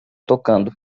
tocando